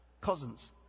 cousins